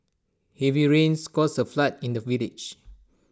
heavy rains caused A flood in the village